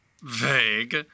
vague